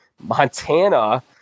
Montana